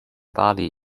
bali